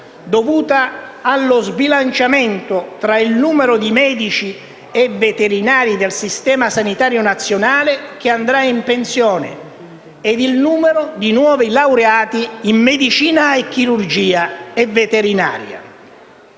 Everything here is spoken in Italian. dovuta allo sbilanciamento tra il numero di medici e veterinari del Sistema sanitario nazionale che andranno in pensione ed il numero di nuovi laureati in medicina e chirurgia e in veterinaria.